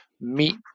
meet